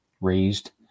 raised